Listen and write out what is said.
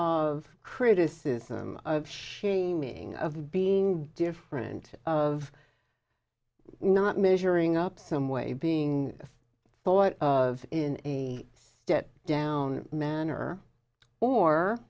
of criticism of shaming of being different of not measuring up some way being thought of in a step down manner or